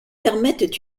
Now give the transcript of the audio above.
permettent